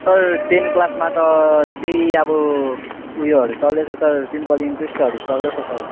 sir ten क्लासमा त त्यही अब उयोहरू चल्दैछ सर सिम्पल इन्ट्रेसहरू चल्दैछ सर